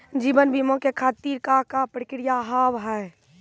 जीवन बीमा के खातिर का का प्रक्रिया हाव हाय?